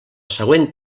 següent